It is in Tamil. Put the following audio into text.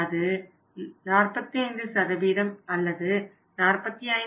அது 45 அல்லது 45